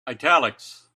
italics